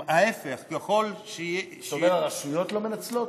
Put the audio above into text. ההפך, אתה אומר שהרשויות לא מנצלות?